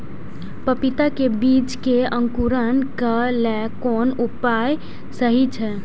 पपीता के बीज के अंकुरन क लेल कोन उपाय सहि अछि?